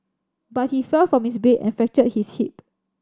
but he fell from his bed and fractured his hip